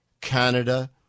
Canada